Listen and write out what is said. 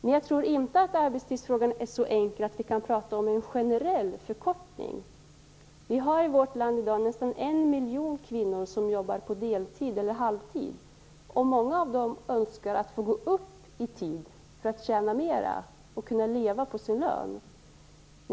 Men jag tror inte att arbetstidsfrågan är så enkel att vi kan prata om en generell förkortning. Vi har i vårt land i dag nästan en miljon kvinnor som jobbar deltid eller halvtid. Många av dem önskar gå upp i tid för att tjäna mer och kunna leva på sin lön.